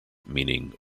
meaning